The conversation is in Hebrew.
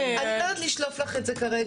אני לא יודעת לשלוף לך את זה כרגע,